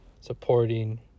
supporting